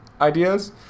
ideas